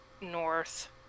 North